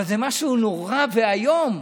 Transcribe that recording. אבל זה משהו נורא ואיום.